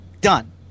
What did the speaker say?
done